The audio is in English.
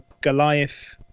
Goliath